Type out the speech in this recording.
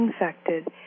infected